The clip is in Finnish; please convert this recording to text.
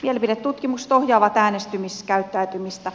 mielipidetutkimukset ohjaavat äänestämiskäyttäytymistä